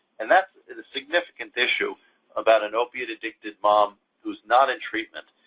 and that is a significant issue about an opiate-addicted mom who is not in treatment.